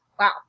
Wow